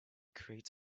creates